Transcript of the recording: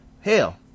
Hell